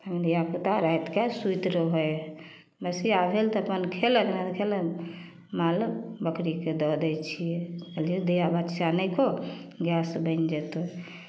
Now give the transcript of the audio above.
धियापुता रातिकेँ सुति रहै हइ बसिया भेल तऽ अपन खयलनि आर खयलनि माल बकरीकेँ दऽ दै छियै कहलियै धिया बच्चा नहि खाउ गैस बनि जयतहु